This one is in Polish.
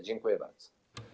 Dziękuję bardzo.